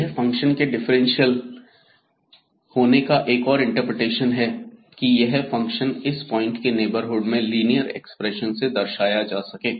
यहां फंक्शन के डिफरेंशियल होने का एक और इंटरप्रिटेशन है कि यह फंक्शन इस पॉइंट के नेबरहुड में लीनियर ऐक्सप्रेशन से दर्शाया जा सके